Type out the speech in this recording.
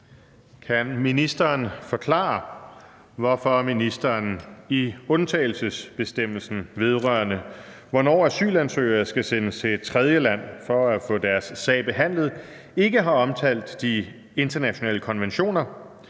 Kan ministeren forklare, hvorfor ministeren i undtagelsesbestemmelsen vedrørende, hvornår asylansøgere skal sendes til et tredjeland for at få deres sag behandlet, ikke har omtalt de internationale konventioner,